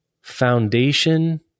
foundation